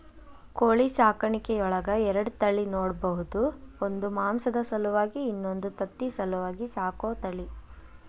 ಕೋಳಿ ಸಾಕಾಣಿಕೆಯೊಳಗ ಎರಡ ತಳಿ ನೋಡ್ಬಹುದು ಒಂದು ಮಾಂಸದ ಸಲುವಾಗಿ ಇನ್ನೊಂದು ತತ್ತಿ ಸಲುವಾಗಿ ಸಾಕೋ ತಳಿ